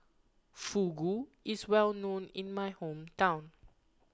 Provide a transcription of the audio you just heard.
Fugu is well known in my hometown